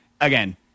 again